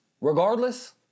Regardless